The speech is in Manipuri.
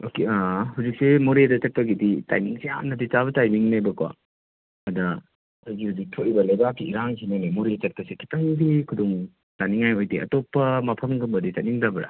ꯑꯣꯀꯦ ꯍꯧꯖꯤꯛꯁꯦ ꯃꯣꯔꯦꯗ ꯆꯠꯄꯒꯤꯗꯤ ꯇꯥꯏꯃꯤꯡꯁꯦ ꯌꯥꯝꯅꯗꯤ ꯆꯥꯕ ꯇꯥꯏꯝꯃꯤꯡꯅꯦꯕꯀꯣ ꯑꯗ ꯑꯩꯈꯣꯏꯒꯤ ꯍꯧꯖꯤꯛ ꯊꯣꯛꯏꯕ ꯂꯩꯕꯥꯛꯀꯤ ꯏꯔꯥꯡꯁꯤꯅꯅꯦ ꯃꯣꯔꯦ ꯆꯠꯄꯁꯤ ꯈꯤꯇꯪꯗꯤ ꯈꯨꯗꯣꯡ ꯆꯥꯅꯤꯡꯉꯥꯏ ꯑꯣꯏꯗꯦ ꯑꯇꯣꯞꯄ ꯃꯐꯝꯒꯨꯝꯕꯗꯤ ꯆꯠꯅꯤꯡꯗꯕ꯭ꯔꯥ